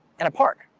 in a park.